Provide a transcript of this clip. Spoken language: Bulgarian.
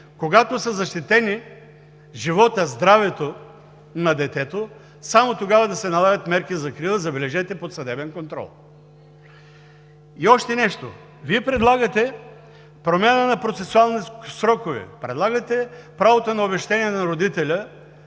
когато са застрашени животът, здравето на детето, само тогава да се налагат мерки за закрила, забележете, под съдебен контрол. И още нещо, Вие предлагате промяна на процесуални срокове, предлагате правото на обезщетение на родителя,